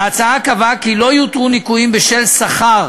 ההצעה קבעה כי לא יותרו ניכויים בשל שכר